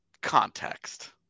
context